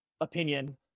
opinion